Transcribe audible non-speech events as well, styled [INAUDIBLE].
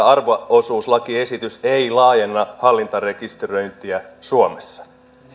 [UNINTELLIGIBLE] arvo osuuslakiesitys ei laajenna hallintarekisteröintiä suomessa